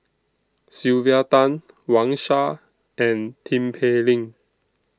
Sylvia Tan Wang Sha and Tin Pei Ling